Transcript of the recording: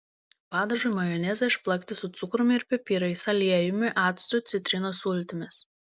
padažui majonezą išplakti su cukrumi ir pipirais aliejumi actu citrinos sultimis